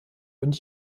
und